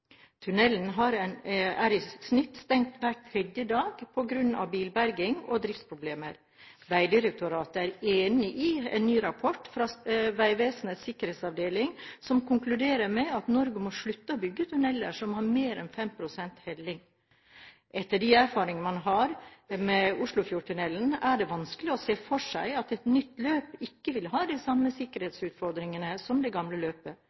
er i snitt stengt hver tredje dag på grunn av bilberging og driftsproblemer. Vegdirektoratet er enig i en ny rapport fra Vegvesens sikkerhetsavdeling som konkluderer med at Norge må slutte med å bygge tunneler som har mer enn 5 pst. helling. Etter de erfaringene man har med Oslofjordtunnelen, er det vanskelig å se for seg at et nytt løp ikke vil ha de samme sikkerhetsutfordringene som det gamle løpet.